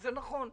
וזה נכון.